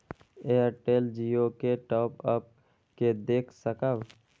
Airtel Jio के top up के देख सकब?